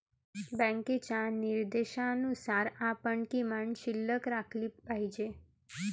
बँकेच्या निर्देशानुसार आपण किमान शिल्लक राखली पाहिजे